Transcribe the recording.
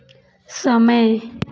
समय